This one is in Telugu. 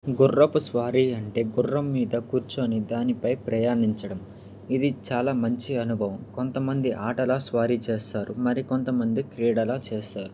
గుర్రపు స్వారి అంటే గుర్రం మీద కూర్చొని దానిపై ప్రయాణించడం ఇది చాలా మంచి అనుభవం కొంతమంది ఆటలా స్వారి చేస్తారు మరి కొంతమంది క్రీడలా చేస్తారు